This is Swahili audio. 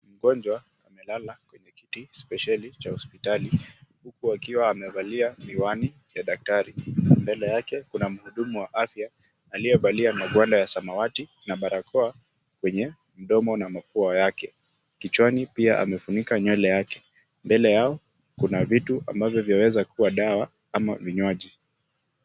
Mgonjwa amelala kwenye kiti speshieli cha hospitali huku akiwa amevalia miwani ya daktari. Mbele yake kuna mhudumu wa afya aliyevalia magwanda ya samawati na barakoa kwenye mdomo na mapua yake, kichwani pia amefunika nywele yake. Mbele yao kuna vitu ambavyo vyaweza kuwa dawa au vinywaji.